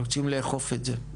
רוצים לאכוף את זה.